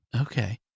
Okay